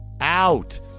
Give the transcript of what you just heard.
out